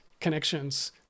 connections